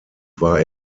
war